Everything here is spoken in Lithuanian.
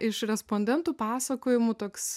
iš respondentų pasakojimų toks